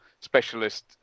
specialist